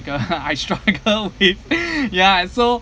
because I I struggle a bit ya so